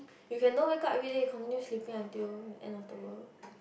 you can don't wake up everyday continue sleeping until end of the world